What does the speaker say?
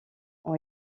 ont